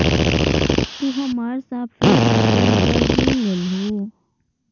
तु अपना सापेक्ष रिटर्न दर गिन लेलह